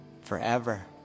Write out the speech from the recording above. forever